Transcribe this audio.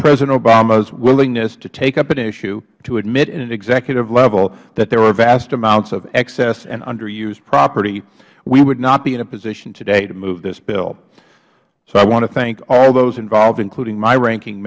obamas willingness to take up an issue to admit at an executive level that there are vast amounts of excess and under used property we would not be in a position today to move this bill so i want to thank all those involved including my ranking